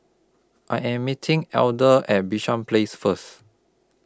I Am meeting Elder At Bishan Place First